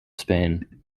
spain